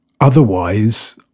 otherwise